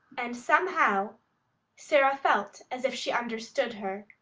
and somehow sara felt as if she understood her,